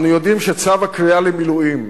אנו יודעים שצו הקריאה למילואים,